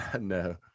No